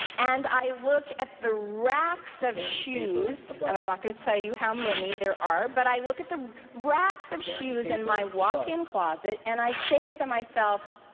and i look at the racks of shoes, and i'm not gonna tell you how many there are, but i look at the racks of shoes in my walk-in closet, and i say to myself,